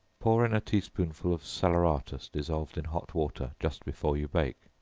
pour in a tea-spoonful of salaeratus, dissolved in hot water, just before you bake.